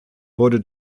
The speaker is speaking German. wurde